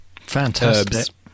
Fantastic